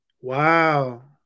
Wow